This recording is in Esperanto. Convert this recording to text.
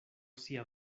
sia